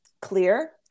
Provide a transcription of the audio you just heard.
clear